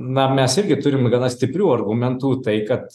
na mes irgi turim gana stiprių argumentų tai kad